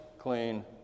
clean